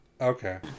Okay